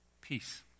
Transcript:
peace